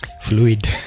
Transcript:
fluid